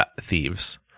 thieves